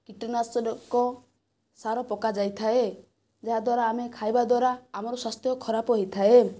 କୀଟନାଶରକ ସାର ପକାଯାଇଥାଏ ଯାହା ଦ୍ୱାରା ଆମେ ଖାଇବା ଦ୍ୱାରା ଆମର ସ୍ୱାସ୍ଥ୍ୟ ଖରାପ ହୋଇଥାଏ